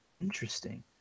Interesting